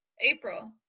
April